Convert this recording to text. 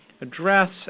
address